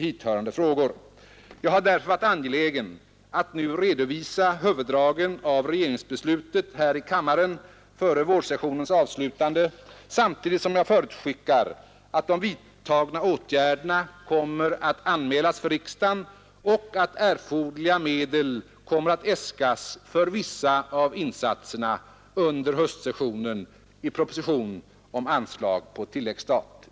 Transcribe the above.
Jag har därför varit angelägen att nu i kammaren redovisa huvuddragen av regeringsbeslutet före vårsessionens avslutande, samtidigt som jag förutskickar att de vidtagna åtgärderna kommer att anmälas för riksdagen och att erforderliga medel för vissa av insatserna kommer att äskas under höstsessionen i proposition om anslag på tilläggsstat.